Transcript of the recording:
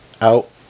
out